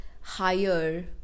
higher